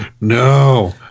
No